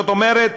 זאת אומרת